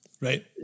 Right